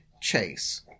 Chase